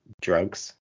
drugs